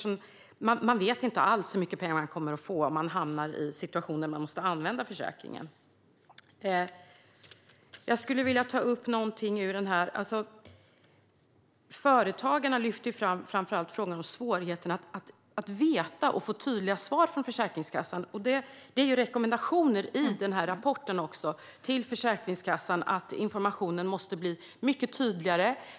Man vet inte alls hur mycket pengar man kommer att få om man hamnar i situationen att man måste använda försäkringen. Jag skulle vilja ta upp att Företagarna lyfter fram svårigheten att få tydliga svar från Försäkringskassan. I rapporten är rekommendationen till Försäkringskassan att informationen måste bli mycket tydligare.